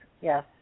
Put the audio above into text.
yes